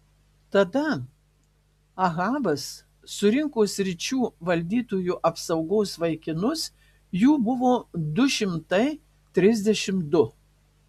tada ahabas surinko sričių valdytojų apsaugos vaikinus jų buvo du šimtai trisdešimt du